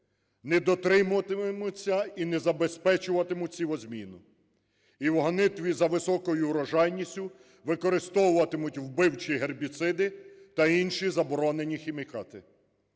не дотримуватимуться і не забезпечуватимуть сівозміну, і в гонитві за високою урожайністю використовуватимуть вбивчі гербіциди та інші заборонені хімікати.